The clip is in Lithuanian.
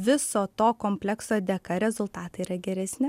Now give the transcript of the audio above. viso to komplekso dėka rezultatai yra geresni